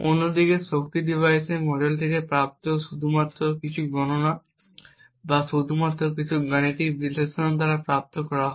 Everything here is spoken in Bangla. অন্যদিকে শক্তি ডিভাইসের মডেল থেকে প্রাপ্ত শুধুমাত্র কিছু গণনা বা শুধুমাত্র কিছু গাণিতিক বিশ্লেষণ দ্বারা প্রাপ্ত করা হয়